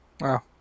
Wow